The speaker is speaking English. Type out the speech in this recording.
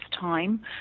time